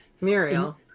Muriel